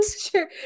Sure